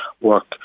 work